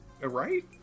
right